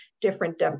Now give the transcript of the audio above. different